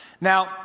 Now